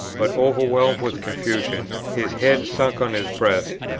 but, overwhelmed with confusion, his head sunk on his breast,